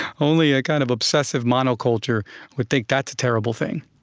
only a kind of obsessive monoculture would think that's a terrible thing.